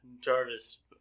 Jarvis